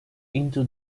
into